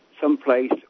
Someplace